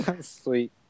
Sweet